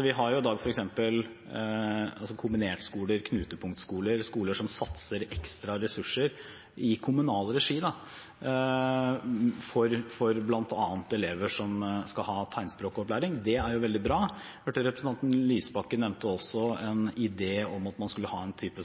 Vi har i dag f.eks. kombinertskoler, knutepunktskoler, skoler som satser ekstra ressurser i kommunal regi for bl.a. elever som skal ha tegnspråkopplæring. Det er veldig bra. Jeg hørte representanten Lysbakken også nevne en idé om at man skulle ha en type